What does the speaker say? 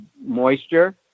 moisture